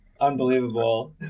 unbelievable